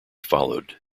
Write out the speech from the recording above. followed